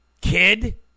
kid